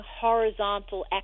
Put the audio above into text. horizontal